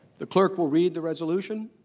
the clerk will read the resolution.